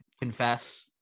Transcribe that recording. confess-